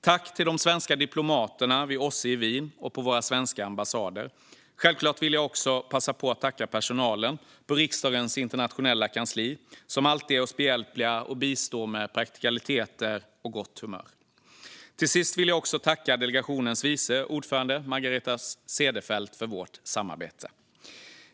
Jag vill tacka de svenska diplomaterna vid OSSE i Wien och på våra svenska ambassader. Självklart vill jag också tacka personalen på riksdagens internationella kansli, som alltid är oss behjälplig och bistår med praktikaliteter och gott humör. Till sist vill jag tacka delegationens vice ordförande Margareta Cederfelt för vårt samarbete.